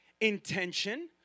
intention